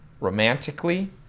romantically